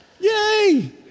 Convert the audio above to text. Yay